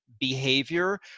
behavior